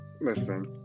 listen